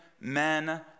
men